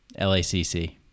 LACC